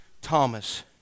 Thomas